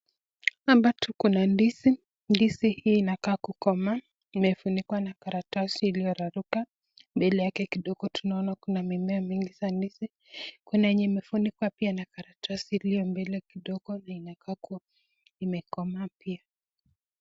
Hapa tuko na ndizi, ndizi hii inakaa kukomaa imefunikwa na karatasi iliyoraruka, mbele yake kidogo tunaona kuna mimea mingi sana za ndizi, kuna enye imefunikwa pia na karatasi iliyo mbele kidogo linakaa kuwa imekomaa pia.